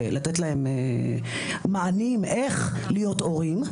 לתת להם מענים איך להיות הורים,